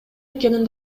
экенин